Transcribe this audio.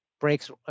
breaks